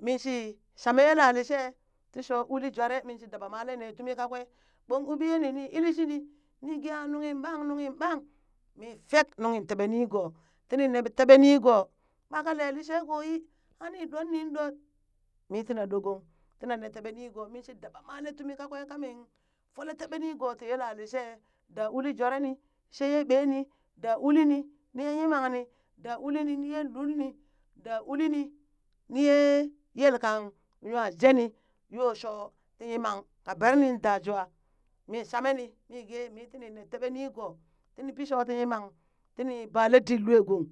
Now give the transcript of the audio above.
min shi shamee yela lishee ti shoo uli jware ni, min shi daba male ne tumi kakwe, ɓon u ɓiye ni nin shi ili shini, ni ge aa nunghin ɓaan nunghin ɓaan, mi fek nunghin taɓe nigo, tini nee teɓee ni goo ɓa ka lee lishee koo yii aa nii ɗore ni dot mii tina ɗot goong mii tina nee teɓee nigoo min shi daba malee tumi kakong kamin folee teɓee nigoo tii yalalee she daa juree nii she ɓeenii daa uli nii nii ye yimangni daa ulini niyee lul ni da ulini, ni ye yelkan nwa jeni yoo shoo tii yimang ka bynin da jwaa nee shamani mee gee tinii nee tebee nigoo tinii pii shoo tii yimang tii balee didt luee gong lul nii da ulini niyee yelkan nyaw jet nii yoo loo shoti yimanka beri da jwa mii shame nii mi gee mii tini nee teɓee ti nigoo tini pii shooti yimang tini balee dit lwee gong